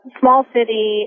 small-city